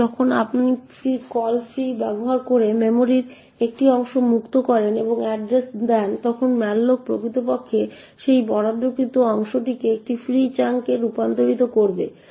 এখন যখন আপনি কল ফ্রি ব্যবহার করে মেমরির একটি অংশ মুক্ত করেন এবং এড্রেস দেন তখন malloc প্রকৃতপক্ষে সেই বরাদ্দকৃত অংশটিকে একটি ফ্রি চাঙ্ক এ রূপান্তরিত করবে